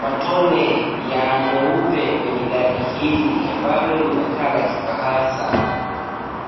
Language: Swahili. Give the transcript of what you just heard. matone ya nyeupe kwenye gari hili ambalo linakaa la kifahari sana.